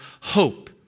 hope